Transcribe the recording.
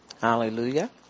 Hallelujah